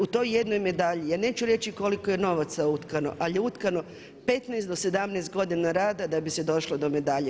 U toj jednoj medalji ja neću reći koliko je novaca utkano, a je utkano 15 do 17 godina rada da bi se došlo do medalje.